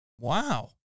Wow